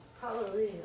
Hallelujah